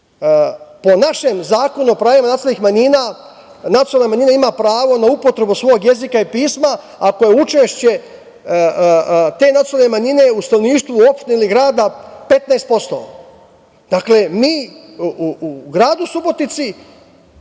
Po našem Zakonu o pravima nacionalnih manjina, nacionalna manjina ima pravo na upotrebu svog jezika i pisma ako je učešće te nacionalne manjine u stanovništvu u opštini grada 15%.Dakle, mi u gradu Subotici